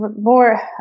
more